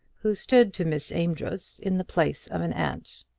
who stood to miss amedroz in the place of an aunt.